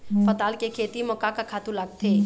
पताल के खेती म का का खातू लागथे?